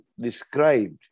described